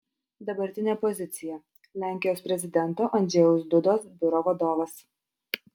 dabartinė pozicija lenkijos prezidento andžejaus dudos biuro vadovas